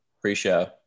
Pre-show